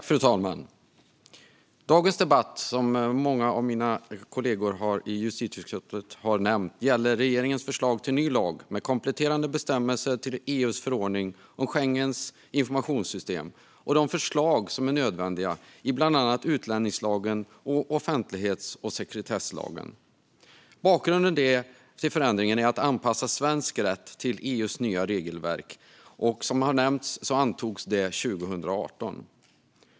Fru talman! Dagens debatt gäller, som många av mina kollegor i justitieutskottet har nämnt, regeringens förslag till ny lag med kompletterande bestämmelser till EU:s förordning om Schengens informationssystem och de förslag som är nödvändiga i bland annat utlänningslagen och offentlighets och sekretesslagen. Bakgrunden till förändringen är att svensk rätt ska anpassas till EU:s nya regelverk. Som har nämnts antogs det 2018.